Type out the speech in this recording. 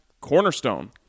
cornerstone